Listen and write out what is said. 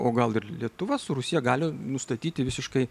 o gal ir lietuva su rusija gali nustatyti visiškai